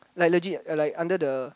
like legit like under the